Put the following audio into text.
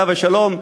עליו השלום,